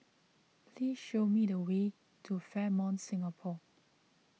please show me the way to Fairmont Singapore